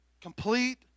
Complete